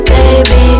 Baby